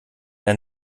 ein